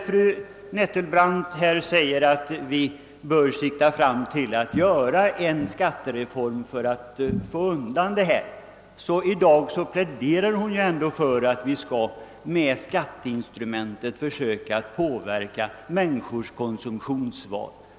Fru Nettelbrandts uppmaning i dag att vi skall sikta till en skattereform för att undanröja missförhållandena innebär ändå att hon pläderar för att vi med skatteinstrumentet skall försöka påverka människors konsumtionsvanor.